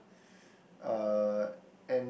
uh